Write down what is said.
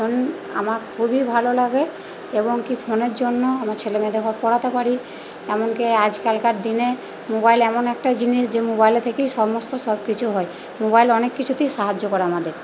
phone আমার খুবই ভালো লাগে এবং কি ফোনের জন্য আমার ছেলে মেয়েদেরকে পড়াতে পারি এমনকি আজকালকার দিনে মোবাইল এমন একটা জিনিস যে মোবাইলে থেকেই সমস্ত সব কিছু হয় মোবাইল অনেক কিছুতেই সাহায্য করে আমাদের